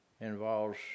involves